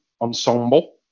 ensemble